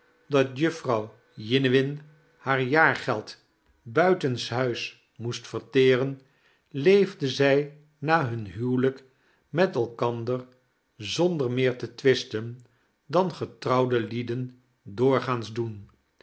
dat jufvrouw jiniwin haar jaargeld buitenshuis moest verteren leefden zij na hun huwelijk met elkander zonder meer te twisten dan getrouwde lieden doorgaans doen